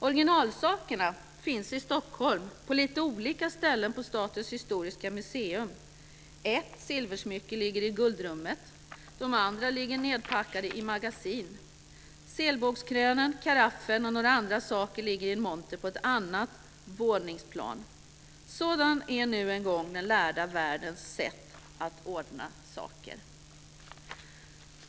Originalsakerna finns i Stockholm, på lite olika ställen på Statens Historiska Museum. Ett silversmycke ligger i Guldrummet, de andra ligger nedpackade i magasin. Selbågskrönen, karaffen och några andra saker ligger i en monter på ett annat våningsplan. Sådan är nu en gång den lärda världens sätt att ordna saker."